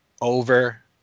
over